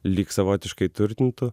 lyg savotiškai turtintų